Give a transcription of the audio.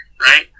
right